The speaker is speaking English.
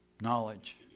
Knowledge